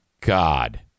God